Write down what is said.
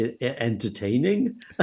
entertaining